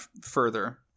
further